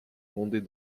rendait